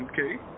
Okay